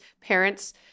parents